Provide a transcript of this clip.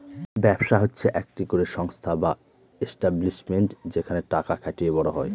ব্যবসা হচ্ছে একটি করে সংস্থা বা এস্টাব্লিশমেন্ট যেখানে টাকা খাটিয়ে বড় হয়